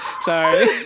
sorry